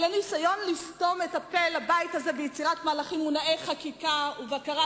על הניסיון לסתום את הפה לבית הזה ביצירת מהלכים מונעי חקיקה ובקרה,